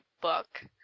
book